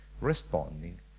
responding